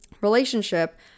relationship